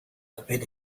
forbid